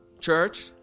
Church